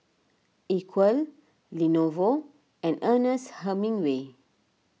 Equal Lenovo and Ernest Hemingway